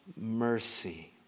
mercy